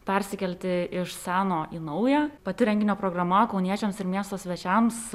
persikelti iš seno į naują pati renginio programa kauniečiams ir miesto svečiams